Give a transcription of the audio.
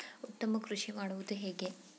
ಉತ್ತಮ ಕೃಷಿ ಮಾಡುವುದು ಹೇಗೆ?